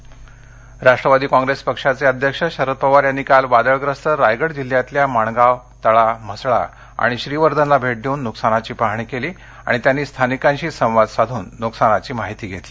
Sharad Pawar Rashtrawadi Congress पक्षाचे अध्यक्ष शरद पवार यांनी काल वादळग्रस्त रायगड जिल्ह्यातल्या माणगाव तळा म्हसळा आणि श्रीवर्धनला भेट देऊन नुकसानीची पाहणी केली त्यांनी स्थानिकांशी संवाद साधून नुकसानाची माहिती घेतली